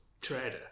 trader